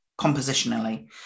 compositionally